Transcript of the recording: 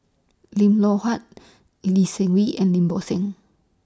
Lim Loh Huat Lee Seng Wee and Lim Bo Seng